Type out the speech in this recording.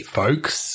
folks